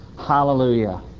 Hallelujah